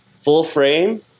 full-frame